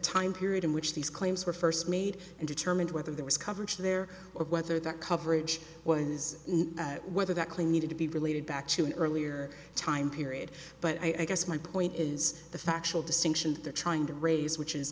time period in which these claims were first made and determine whether there was coverage there or whether the coverage was at whether that claim needed to be related back to an earlier time period but i guess my point is the factual distinction they're trying to raise which is